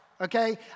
okay